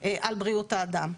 על בריאות האדם.